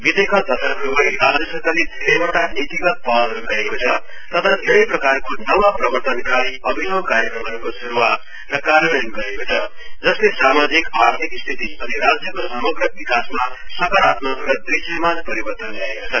वितेका दशकहरुभरि राज्य सरकारले धेरैवटा नीतिगत पहलहरु गरेको छ तथा धेरै प्रकारको नवंप्रवर्तनकारी अभिनव कार्यक्रमहरुको शुरुवात र कार्यन्वायन गरेको छ जसले सामाजिक आर्थिक स्थिति अनि राज्यको संमग्र विकासमा सकारात्मक र दृश्यमान परिवर्तन ल्याएका छन्